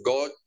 God